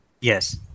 Yes